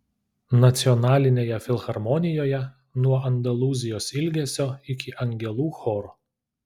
nacionalinėje filharmonijoje nuo andalūzijos ilgesio iki angelų choro